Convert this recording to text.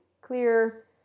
clear